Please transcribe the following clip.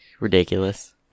Ridiculous